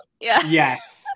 Yes